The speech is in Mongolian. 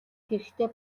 хэрэгтэй